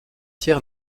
tiers